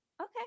okay